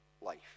life